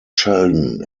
sheldon